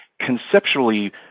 conceptually